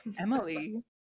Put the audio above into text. Emily